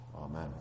Amen